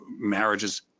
Marriages